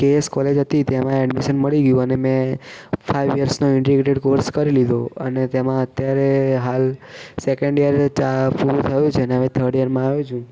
KS college હતી તેમાં admission મળી ગયું અને મેં ફાઇવ યર્સનો ઇન્ટ્રીગેટેડ કોર્ષ કરી લીધો અને તેમાં અત્યારે હાલ સેકન્ડ યર ત્યાં પૂરું થયું છે અને હવે થર્ડ યરમાં આવ્યો છું